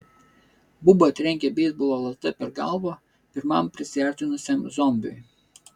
buba trenkė beisbolo lazda per galvą pirmam prisiartinusiam zombiui